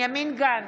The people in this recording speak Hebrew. בנימין גנץ,